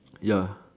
ya